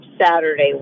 Saturday